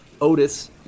Otis